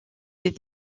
des